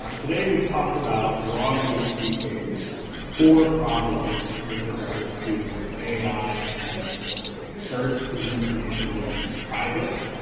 ah today we've talked about broadly speaking four problems with regards to ai and disability. first, is information going to be private?